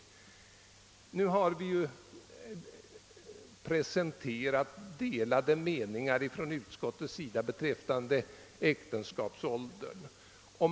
Från utskottets sida har nu presenterats delade meningar beträffande minimiåldern för ingående av äktenskap.